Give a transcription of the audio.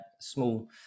small